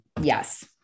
yes